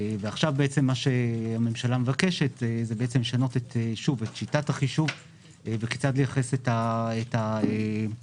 עכשיו הממשלה מבקשת לשנות את שיטת החישוב וכיצד לייחס את ההכנסות,